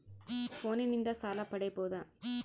ಫೋನಿನಿಂದ ಸಾಲ ಪಡೇಬೋದ?